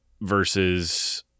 Versus